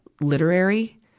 literary